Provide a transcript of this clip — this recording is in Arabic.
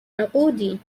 نقودي